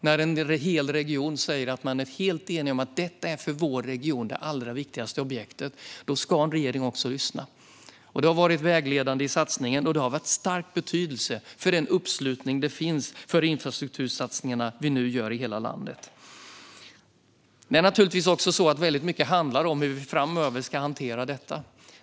När en hel region säger att man är helt enig om att ett objekt är det allra viktigaste objektet för regionen ska regeringen också lyssna. Detta har varit vägledande i satsningen, och det har haft en stor betydelse för den uppslutning som finns kring de infrastruktursatsningar vi nu gör i hela landet. Det är naturligtvis också så att väldigt mycket handlar om hur vi framöver ska hantera detta.